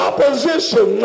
Opposition